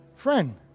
Friend